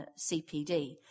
cpd